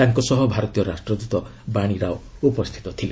ତାଙ୍କ ସହ ଭାରତୀୟ ରାଷ୍ଟ୍ରଦୃତ ବାଣୀ ରାଓ ଉପସ୍ଥିତ ଥିଲେ